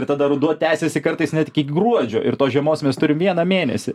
ir tada ruduo tęsiasi kartais net iki gruodžio ir tos žiemos mes turim vieną mėnesį